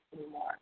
anymore